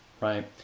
right